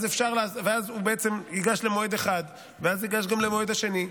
אז הוא בעצם ייגש למועד אחד ואז ייגש גם למועד השני.